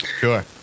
sure